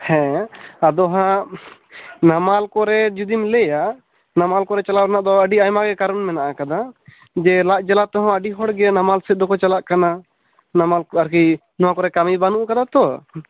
ᱦᱮᱸ ᱟᱫᱚ ᱦᱟᱜ ᱱᱟᱢᱟᱞ ᱠᱚᱨᱮ ᱡᱩᱫᱤᱢ ᱞᱟᱹᱭᱟ ᱱᱟᱢᱟᱞ ᱠᱚᱨᱮ ᱪᱟᱞᱟᱜ ᱨᱮᱱᱟᱜ ᱫᱚ ᱟᱹᱰᱤ ᱟᱭᱢᱟ ᱜᱮ ᱠᱟᱨᱚᱱ ᱢᱮᱱᱟᱜ ᱟᱠᱟᱫᱟ ᱡᱮ ᱞᱟᱡ ᱡᱟᱞᱟ ᱛᱮᱦᱚᱸ ᱟᱹᱰᱤ ᱦᱚᱲ ᱜᱮ ᱱᱟᱢᱟᱞ ᱥᱮᱫ ᱫᱚᱠᱚ ᱪᱟᱞᱟᱜ ᱠᱟᱱᱟ ᱱᱟᱢᱟᱞ ᱠᱚ ᱟᱨᱠᱤ ᱱᱚᱣᱟ ᱠᱚᱨᱮ ᱠᱟᱹᱢᱤ ᱵᱟᱹᱱᱩᱜ ᱟᱠᱟᱫᱟ ᱛᱚ